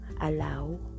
allow